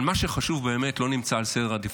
אבל מה שחשוב באמת לא נמצא בסדר העדיפויות,